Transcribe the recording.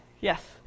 yes